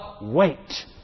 wait